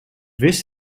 wist